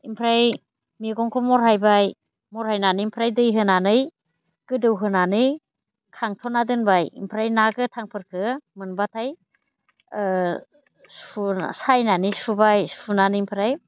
ओमफ्राय मैगंखौ महरायबाय महरायनानै ओमफ्राय दै होनानै गोदौहोनानै खांथ'ना दोनबाय ओमफ्राय ना गोथांफोरखौ मोनबाथाय सायनानै सुबाय सुनानै ओमफ्राय